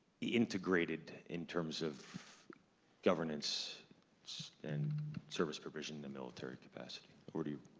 integrated in terms of governance and service provision and military capacity. over to you,